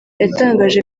yatangaje